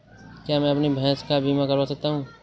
क्या मैं अपनी भैंस का बीमा करवा सकता हूँ?